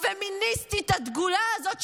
הפמיניסטית הדגולה הזאת,